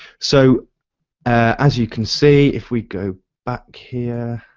so as you can see if we go back here,